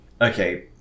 okay